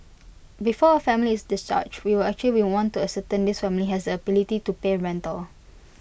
before A family is discharged we actually will want to ascertain this family has the ability to pay rental